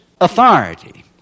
authority